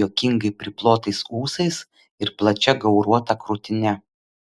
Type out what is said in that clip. juokingai priplotais ūsais ir plačia gauruota krūtine